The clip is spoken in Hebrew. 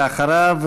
ואחריו,